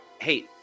hey